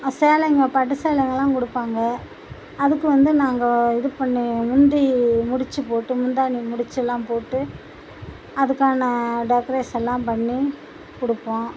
சேலைங்கள் பட்டு சேலைங்களாம் கொடுப்பாங்க அதுக்கு வந்து நாங்கள் இது பண்ணி முந்தி முடித்து போட்டு முந்தானி முடிச்செல்லாம் போட்டு அதுக்கான டெக்ரேசனனெலாம் பண்ணிக் கொடுப்போம்